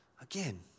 Again